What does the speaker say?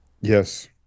Yes